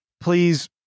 please